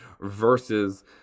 versus